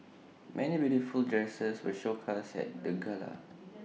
many beautiful dresses were showcased at the gala